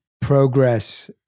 progress